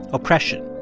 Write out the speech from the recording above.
oppression,